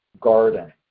garden